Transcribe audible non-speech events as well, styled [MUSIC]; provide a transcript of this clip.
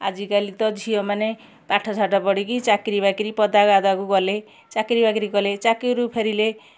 ଆଜିକାଲି ତ ଝିଅମାନେ ପାଠ ସାଠ ପଢ଼ିକି ଚାକିରି ବାକିରି ପଦା [UNINTELLIGIBLE] କୁ ଗଲେ ଚାକିରି ବାକିରି କଲେ ଚାକିରିରୁ ଫେରିଲେ